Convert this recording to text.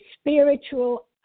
spiritual